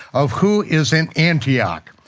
of who is in antioch.